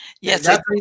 yes